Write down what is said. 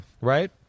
right